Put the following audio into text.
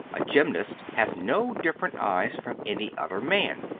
a gymnast has no different eyes from any other man.